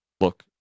look